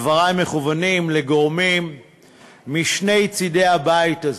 דברי מכוונים לגורמים משני צדי הבית הזה,